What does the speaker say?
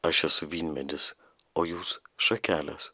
aš esu vynmedis o jūs šakelės